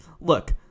look